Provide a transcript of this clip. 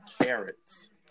Carrots